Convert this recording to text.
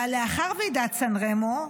אבל לאחר ועידת סן רמו,